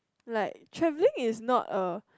like travelling is not a